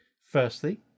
Firstly